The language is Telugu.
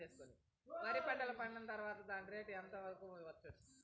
వరి పంటలు పండించిన తర్వాత దాని రేటు ఎంత వరకు ఉండచ్చు